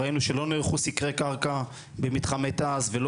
ראינו שלא נערכו סקרי קרקע במתחמי תעש ולא